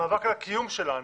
המאבק על הקיום שלנו,